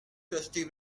crusty